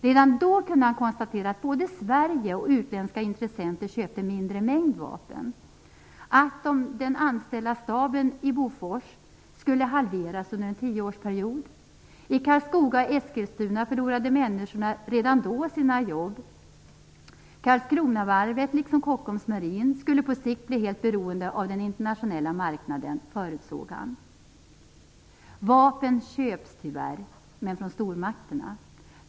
Redan då kunde han konstatera att både Sverige och utländska intressenter köpte mindre mängd vapen och att den anställda staben i Bofors skulle halveras under en tioårsperiod. I Karlskrona och Eskilstuna förlorade människor redan då sina jobb. Karlskronavarvet liksom Kockums Marin skulle på sikt bli helt beroende av den internationella marknaden, förutsåg han. Vapen köps tyvärr, men från stormakterna.